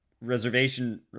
reservation